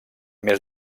més